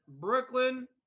Brooklyn